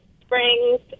springs